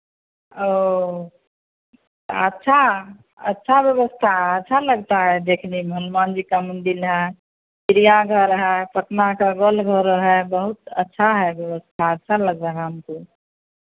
ओ अच्छा अच्छा व्यवस्था है अच्छा लगता है देखने में हनुमान जी का मंदिर है चिड़ियाघर है पटना का गोलघर है बहुत अच्छा है व्यवस्था अच्छा लग रहा है हमको